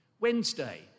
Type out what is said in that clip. Wednesday